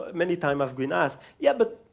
many times i've been asked, yeah, but,